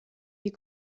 wie